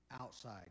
outside